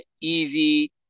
easy